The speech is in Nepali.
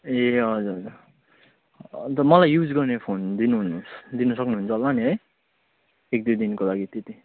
ए हजुर हजुर अन्त मलाई युज गर्ने फोन दिनुदिनु सक्नुहुन्छ होला नि है एकदुई दिनको लागि त्यति